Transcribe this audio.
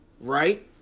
right